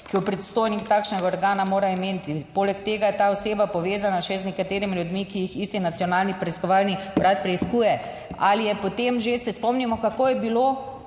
ki jo predstojnik takšnega organa mora imeti, poleg tega je ta oseba povezana še z nekaterimi ljudmi, ki jih isti Nacionalni preiskovalni urad preiskuje. Ali je potem že, se spomnimo kako je bilo,